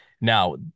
Now